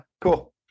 cool